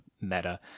meta